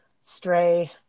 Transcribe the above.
stray